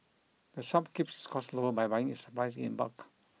the shop keeps costs low by buying its supplies in bulk